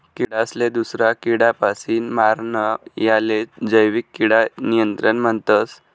किडासले दूसरा किडापासीन मारानं यालेच जैविक किडा नियंत्रण म्हणतस